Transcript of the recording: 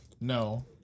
No